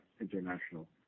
international